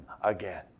again